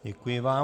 Děkuji vám.